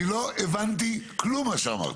לא הבנתי כלום ממה שאמרת.